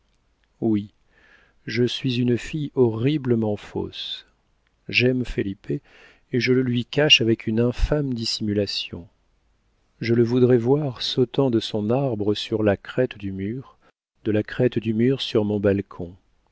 oui je suis une fille horriblement fausse j'aime felipe et je le lui cache avec une infâme dissimulation je le voudrais voir sautant de son arbre sur la crête du mur de la crête du mur sur mon balcon